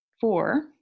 Four